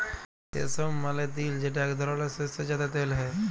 সেসম মালে তিল যেটা এক ধরলের শস্য যাতে তেল হ্যয়ে